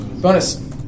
Bonus